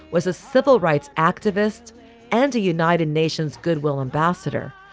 was a civil rights activist and a united nations goodwill ambassador.